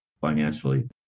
financially